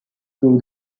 through